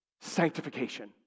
sanctification